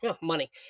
money